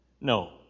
No